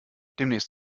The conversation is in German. demnächst